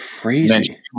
Crazy